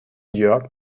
jörg